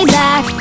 back